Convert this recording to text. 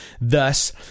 Thus